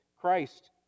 Christ